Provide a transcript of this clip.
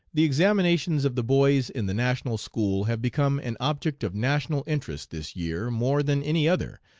the examinations of the boys in the national school have become an object of national interest this year more than any other,